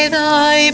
thy